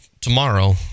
tomorrow